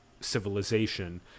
civilization